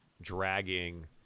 dragging